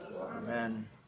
Amen